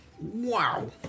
Wow